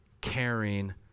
caring